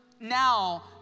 now